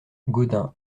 gaudin